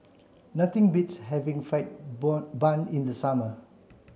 nothing beats having fried born bun in the summer